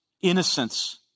innocence